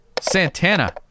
Santana